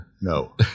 No